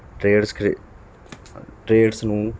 trades ਖ trades ਨੂੰ